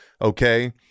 Okay